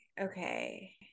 Okay